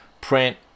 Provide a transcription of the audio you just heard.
print